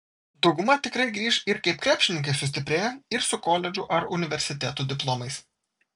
dauguma tikrai grįš ir kaip krepšininkai sustiprėję ir su koledžų ar universitetų diplomais